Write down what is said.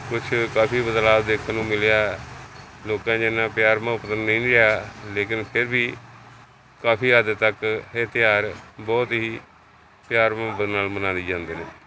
ਕੁਛ ਕਾਫ਼ੀ ਬਦਲਾਅ ਦੇਖਣ ਨੂੰ ਮਿਲਿਆ ਲੋਕਾਂ 'ਚ ਇੰਨਾ ਪਿਆਰ ਮੁਹੱਬਤ ਨਹੀਂ ਵੀ ਹੈ ਲੇਕਿਨ ਫਿਰ ਵੀ ਕਾਫ਼ੀ ਹੱਦ ਤੱਕ ਇਹ ਤਿਉਹਾਰ ਬਹੁਤ ਹੀ ਪਿਆਰ ਮੁਹੱਬਤ ਨਾਲ ਮਨਾਈ ਜਾਂਦੇ ਨੇ